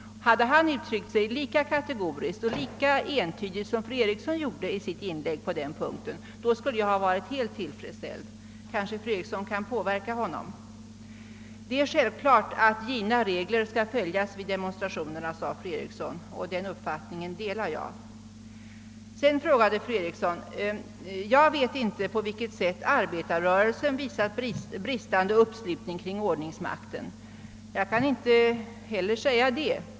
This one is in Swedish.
Hade han uttryckt sig lika entydigt som fru Eriksson gjorde i sitt inlägg på denna punkt, skulle jag ha varit helt tillfredsställd. Kanske kan fru Eriksson påverka honom? Det är självklart att givna regler skall följas vid demonstrationerna, sade fru Eriksson. Den uppfattningen delar jag. Fru Eriksson sade vidare: »Jag vet inte på vilket sätt arbetarrörelsen visat bris tande uppslutning kring ordningsmakten.» Det kan inte heller jag säga.